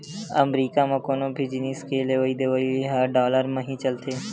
अमरीका म कोनो भी जिनिस के लेवइ देवइ ह डॉलर म ही चलथे